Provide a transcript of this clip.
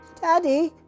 Daddy